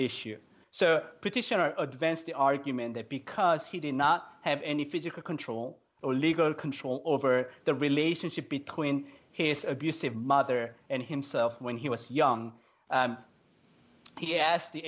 petitioner advanced the argument that because he did not have any physical control or legal control over the relationship between his abusive mother and himself when he was young he asked the